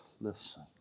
listen